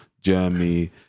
Germany